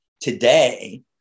today